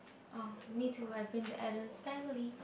oh me too I have been to Addams-family